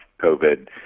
COVID